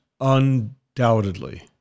Undoubtedly